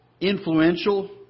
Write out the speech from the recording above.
influential